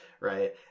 right